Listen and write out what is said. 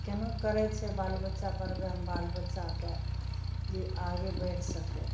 कोना करै छै बाल बच्चा पढ़बैमे बाल बच्चाके जे आगे बढ़ि सकै